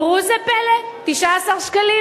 וראו זה פלא, 19 שקלים,